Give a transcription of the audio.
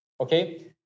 okay